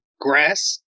grass